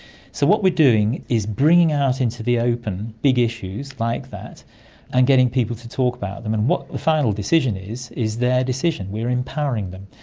so what we're doing is bringing out into the open big issues like that and getting people to talk about them, and the final decision is is their decision, we're empowering them.